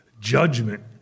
judgment